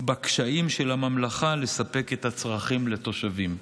בקשיים של הממלכה לספק את הצרכים לתושבים.